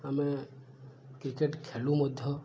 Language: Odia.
ଆମେ କ୍ରିକେଟ୍ ଖେଳୁ ମଧ୍ୟ